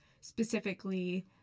specifically